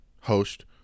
host